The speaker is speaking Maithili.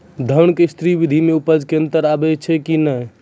धान के स्री विधि मे उपज मे अन्तर आबै छै कि नैय?